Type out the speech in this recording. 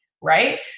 right